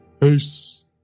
Peace